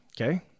Okay